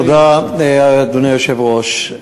תודה, אדוני היושב-ראש.